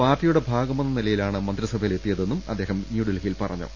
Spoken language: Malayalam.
പാർട്ടി യുടെ ഭാഗമെന്ന നിലയിലാണ് മന്ത്രിസഭയിലെത്തിയതെന്നും അദ്ദേഹം ന്യൂഡൽഹിയിൽ പറഞ്ഞു